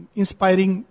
inspiring